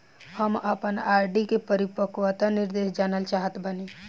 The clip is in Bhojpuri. हम आपन आर.डी के परिपक्वता निर्देश जानल चाहत बानी